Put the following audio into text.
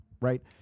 right